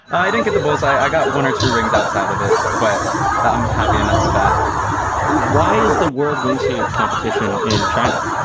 i didn't get the bull's eye. i got one or two rings outside of it, but i'm happy enough with that why is the world wingsuit competition in china?